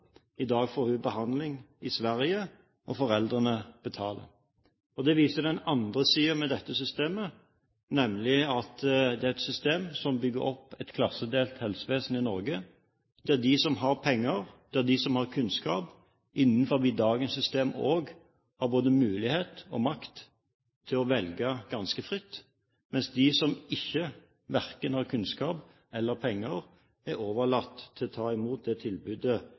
I dag får hun behandling i Sverige, og foreldrene betaler. Det viser den andre siden ved dette systemet, nemlig at det er et system som bygger opp et klassedelt helsevesen i Norge, der de som har penger og kunnskap, også innenfor dagens system, både har mulighet og makt til å velge ganske fritt, mens de som verken har kunnskap eller penger, er overlatt til å ta imot det tilbudet